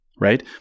right